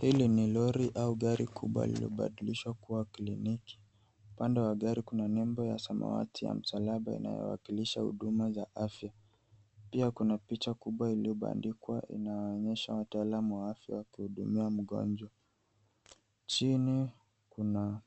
Hili ni lori au gari kubwa lililobadilishwa kuwa kliniki. Pande za gari kuna nembo ya samawati ya msalaba inayowakilisha huduma za afya. Pia kuna picha kubwa iliyobandikwa inayoonyesha wataalamu wa afya wakimhudumia mgonjwa. Chini kuna